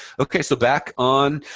ok. so back on